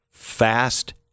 Fast